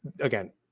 again